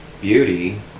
Beauty